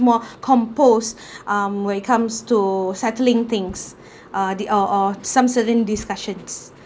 more compose um when it comes to settling things uh the or or some certain discussions